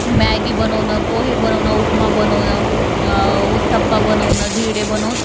Maggi बनवणं पोहे बनवणं उपमा बनवणं उत्तप्पा बनवणं धिरडे बनवून